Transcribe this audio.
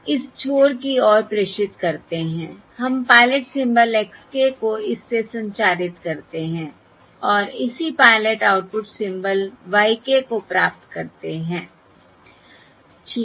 हम इस छोर की ओर प्रेषित करते हैं हम पायलट सिंबल x k को इस से संचारित करते हैं और इसी pilot output symbol y k को प्राप्त करते हैं ठीक है